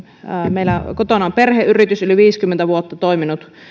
meillä kotona on perheyritys yli viisikymmentä vuotta toiminut